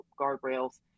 guardrails